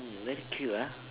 mm very cute ah